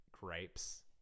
gripes